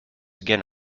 again